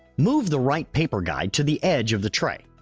move the right paper guide to the edge of the tray.